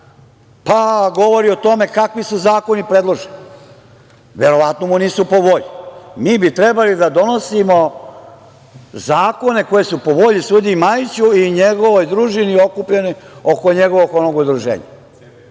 pa govori o tome kakvi su zakoni predloženi. Verovatno mu nisu po volji. Mi bi trebali da donosimo zakone koji su po volji sudiji Majiću i njegovoj družini okupljenoj oko njegovog udruženja